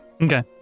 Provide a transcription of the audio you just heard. Okay